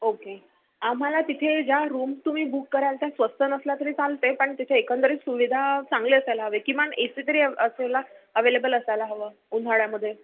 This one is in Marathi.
ओके आम्हाला तिथे ज्या रूम्स तुम्ही बुक कराल त्या स्वस्त नसल्या तरी चालते पण तिथे एकंदरीत सुविधा चांगली असायला हवे किमान ए सी तरी असेल अवेलेबल असायला हवा उन्हाळ्यामध्ये